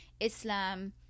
islam